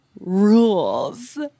rules